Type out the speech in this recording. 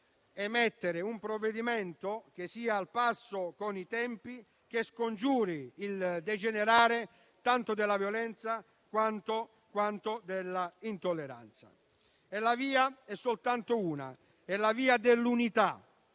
adottare un provvedimento che sia al passo con i tempi e che scongiuri il degenerare, tanto della violenza, quanto dell'intolleranza. La via è soltanto una, quella dell'unità.